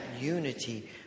unity